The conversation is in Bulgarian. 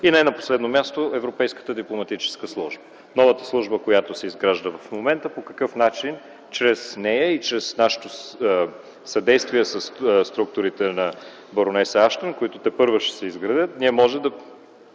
и не на последно място – европейската дипломатическа служба – новата служба, която се изгражда в момента, и по какъв начин чрез нея и чрез нашето съдействие със структурите на баронеса Аштън, които тепърва ще се изградят, можем да